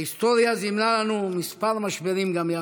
ההיסטוריה זימנה לנו כמה משברים גם יחד: